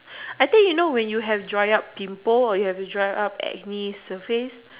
I think you know when you have dried up pimple or dried up acne surface